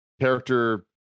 character